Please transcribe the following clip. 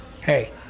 hey